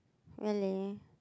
really